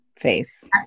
face